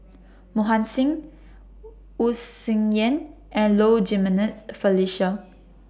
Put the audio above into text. Mohan Singh Wu Tsai Yen and Low Jimenez Felicia